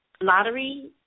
lottery